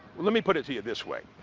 let me put it to you this way.